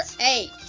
eight